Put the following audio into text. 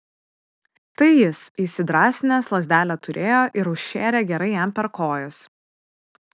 tai jis įsidrąsinęs lazdelę turėjo ir užšėrė gerai jam per kojas